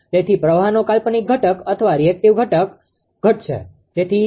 તેથી પ્રવાહનો કાલ્પનિક ઘટક અથવા રીએક્ટીવ ઘટકreactive componentપ્રતીક્રીયાશીલ ઘટક ઘટશે